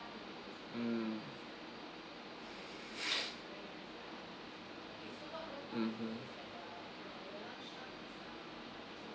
um mmhmm